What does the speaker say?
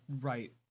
right